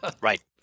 Right